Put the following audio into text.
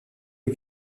est